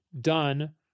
done